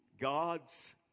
God's